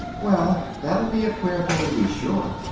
well! that'll be a queer thing, to be sure!